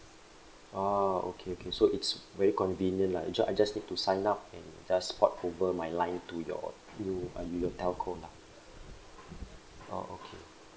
ah okay okay so it's very convenient lah ju~ I just need to sign up and just port over my line to your new uh to your telco lah oh okay